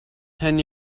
ten